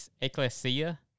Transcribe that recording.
Ecclesia